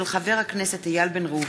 מאת חברת הכנסת טלי פלוסקוב,